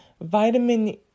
vitamin